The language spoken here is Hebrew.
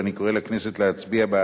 ואני קורא לכנסת להצביע בעדה